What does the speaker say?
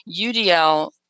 UDL